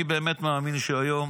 אני באמת מאמין שהיום